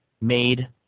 made